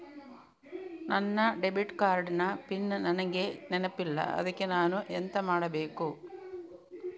ನನ್ನ debit card ನ PIN ನನಗೆ ನೆನಪಿಲ್ಲ ಅದ್ಕೆ ನಾನು ಎಂತ ಮಾಡಬೇಕು?